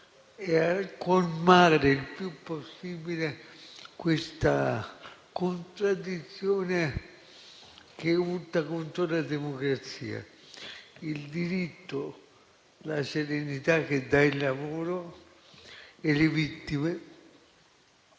di colmare il più possibile questa contraddizione che urta contro la democrazia, il diritto, la serenità che il lavoro dà e le vittime